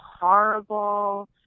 horrible